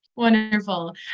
Wonderful